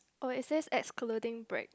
oh it's say excluding break